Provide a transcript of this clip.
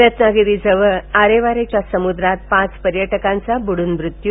रत्नागिरीजवळ आरे वारेच्या समुद्रात पाच पर्यटकांचा बुडून मृत्यू